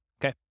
okay